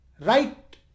right